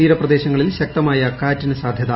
തീരപ്രദേശങ്ങളിൽ ശക്തമായ കാറ്റിന് സാധ്യത